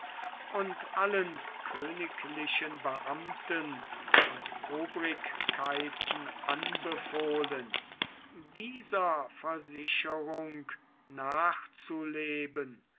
und allen königlichen beamten und obrigkeiten anbefohlen dieser versicherung nachzuleben